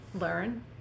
learn